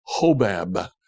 Hobab